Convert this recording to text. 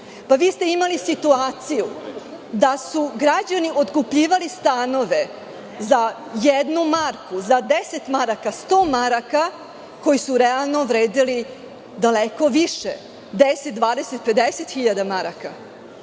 Vi ste imali situaciju da su građani otkupljivali stanove za jednu marku, za 10 maraka, za 100 maraka, a koji su realno vredeli daleko više, po 10, 20 ili 50 hiljada maraka.